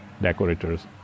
decorators